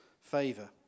favour